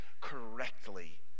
correctly